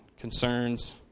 concerns